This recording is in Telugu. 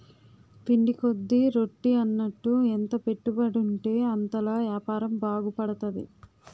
పిండి కొద్ది రొట్టి అన్నట్టు ఎంత పెట్టుబడుంటే అంతలా యాపారం బాగుపడతది